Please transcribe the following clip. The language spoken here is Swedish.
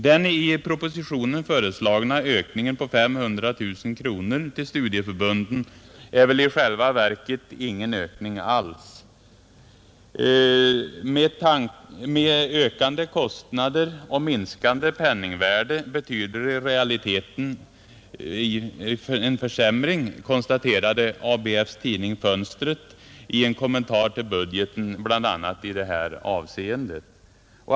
Den i propositionen föreslagna ökningen på 500 000 kronor till studieförbunden är väl i själva verket ingen ökning alls. ”Med ökande kostnader och minskande penningvärde betyder det i realiteten en försämring”, konstaterade ABF:s tidning Fönstret i en kommentar till budgeten i bl.a. detta avseende.